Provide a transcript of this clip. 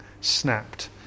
snapped